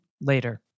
later